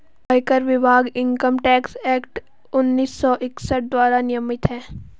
आयकर विभाग income tax act उन्नीस सौ इकसठ द्वारा नियमित है